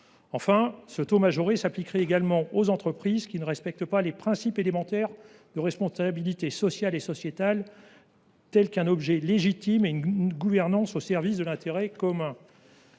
Enfin, ce taux majoré s’appliquerait également aux entreprises qui ne respectent pas les principes élémentaires de responsabilité sociale et sociétale, tels qu’un objet légitime et une gouvernance au service de l’intérêt commun.